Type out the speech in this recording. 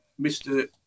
Mr